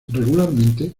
regularmente